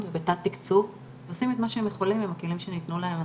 ובתת תקצוב והם עושים את מה שהם יכולים ובכלים שניתנו להם.